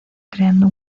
creando